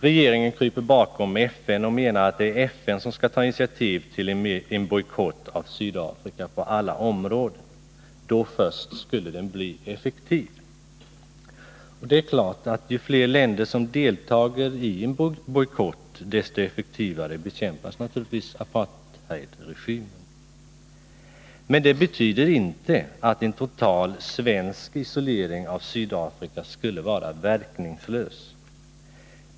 Regeringen kryper bakom FN och menar att det är FN som skall ta initiativ till en bojkott av Sydafrika på alla områden. Då först skulle den bli effektiv. Det är klart att ju fler länder som deltar i en bojkott, desto effektivare bekämpas apartheidregimen. Men det betyder inte att en total svensk isolering av Sydafrika skulle vara verkningslös.